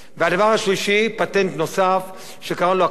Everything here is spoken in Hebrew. פטנט נוסף שקראנו לו הכלל הפיסקלי החדש.